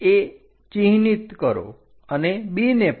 A ચિહ્નિત કરો અને B ને પણ